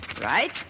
Right